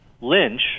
Lynch